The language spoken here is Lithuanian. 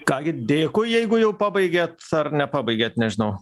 ką gi dėkui jeigu jau pabaigėt ar nepabaigėt nežinau